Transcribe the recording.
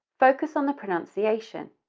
focus on the pronunciation